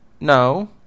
no